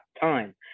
time